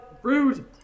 Rude